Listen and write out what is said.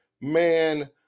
Man